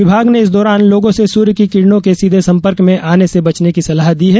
विभाग ने इस दौरान लोगों से सूर्य की किरणों के सीधे संपर्क में आनें से बचने की सलाह दी है